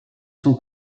sont